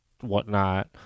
whatnot